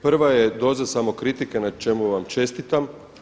Prva je doza samokritike na čemu vam čestitam.